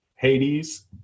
Hades